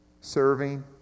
serving